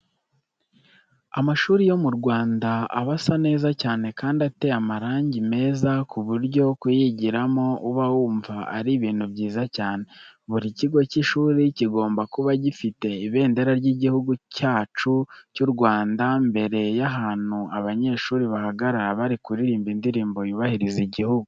Amashuri yo mu Rwanda aba asa neza cyane kandi ateye amarangi meza ku buryo kuyigiramo uba wumva ari ibintu byiza cyane. Buri kigo cy'ishuri kigomba kuba gifite ibendera ry'Igihugu cyacu cy'u Rwanda imbere y'ahantu abanyeshuri bahagarara bari kuririmba indirimbo yubahiriza igihugu.